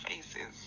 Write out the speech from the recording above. faces